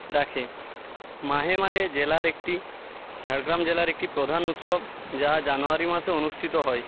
রাখে মাহেমারে জেলার একটি ঝাড়গ্রাম জেলার একটি প্রধান উৎসব যা জানুয়ারি মাসে অনুষ্ঠিত হয়